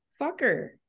fucker